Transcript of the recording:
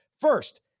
First